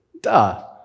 Duh